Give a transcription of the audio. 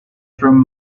from